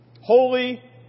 holy